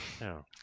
No